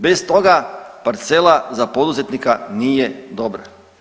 Bez toga parcela za poduzetnika nije dobra.